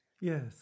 Yes